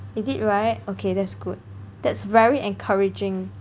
it did right okay that's good that's very encouraging